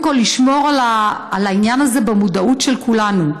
כול לשמור על העניין הזה במודעות של כולנו.